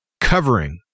covering